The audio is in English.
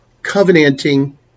Covenanting